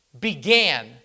began